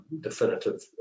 definitive